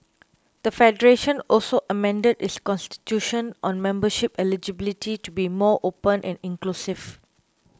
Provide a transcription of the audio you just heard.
the Federation also amended its Constitution on membership eligibility to be more open and inclusive